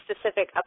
specific